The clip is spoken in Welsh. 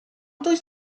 does